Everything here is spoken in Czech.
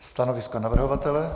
Stanovisko navrhovatele?